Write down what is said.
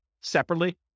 separately